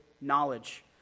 knowledge